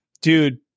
dude